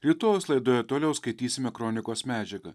rytojaus laidoje toliau skaitysime kronikos medžiagą